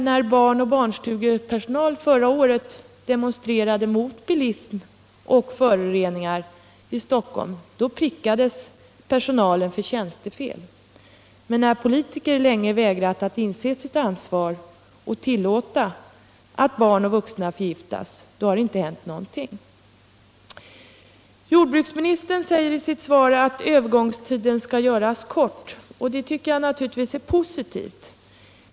När barn och barnstugepersonal förra året demonstrerade mot bilism och föroreningar i Stockholm, prickades personalen för tjänstefel, men när politiker länge vägrat att inse sitt ansvar och tillåtit att barn och vuxna förgiftas, har det inte hänt någonting. Jordbruksministern säger i sitt svar att övergångstiden skall göras kort, och det är naturligtvis positivt.